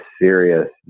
serious